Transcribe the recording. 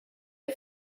get